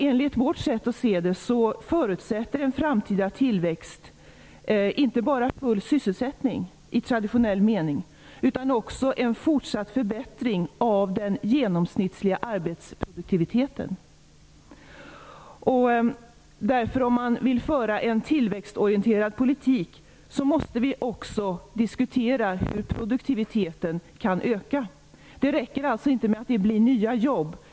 Enligt vårt sätt att se saken förutsätter en framtida tillväxt inte bara full sysselsättning i traditionell mening utan också en fortsatt förbättring av den genomsnittliga arbetsproduktiviteten. Om vi vill föra en tillväxtorienterad politik måste vi också diskutera hur produktiviteten kan öka. Det räcker alltså inte med att det blir nya jobb.